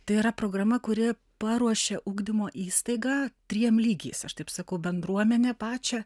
tai yra programa kuri paruošia ugdymo įstaigą dviem lygiais aš taip sakau bendruomenę pačią